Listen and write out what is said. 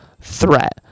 threat